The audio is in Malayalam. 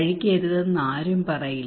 കഴിക്കരുതെന്ന് ആരും പറയില്ല